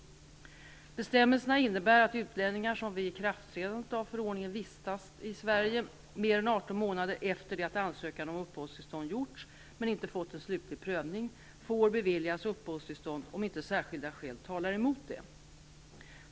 Bestämmelserna innebär att utlänningar, som vid ikraffträdandet av förordningen vistats i Sverige mer än 18 månader efter det att ansökan om uppehållstillstånd gjorts men inte fått en slutlig prövning, får beviljas uppehållstillstånd om inte särskilda skäl talar emot det.